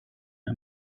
der